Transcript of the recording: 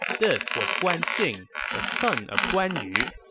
this was guan xing, the son of guan yu.